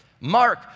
Mark